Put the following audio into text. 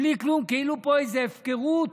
בלי כלום, כאילו פה איזה הפקרות